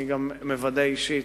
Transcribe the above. אני גם מוודא אישית